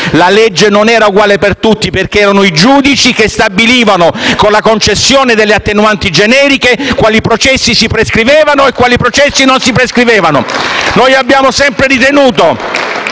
infatti, non era uguale per tutti, perché erano i giudici che stabilivano, con la concessione delle attenuanti generiche, quali processi si prescrivevano e quali no. *(Applausi dal Gruppo FI-BP)*. Noi abbiamo sempre ritenuto